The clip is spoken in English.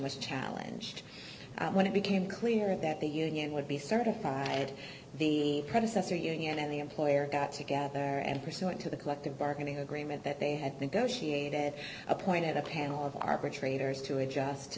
a challenge when it became clear that the union would be certified the predecessor union and the employer got together and pursuant to the collective bargaining agreement that they had negotiated a point at a panel of arbitrators to adjust